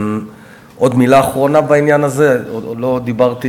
עוד מילה אחרונה בעניין הזה, עוד לא דיברתי